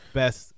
best